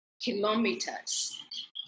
kilometers